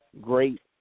great